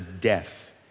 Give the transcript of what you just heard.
death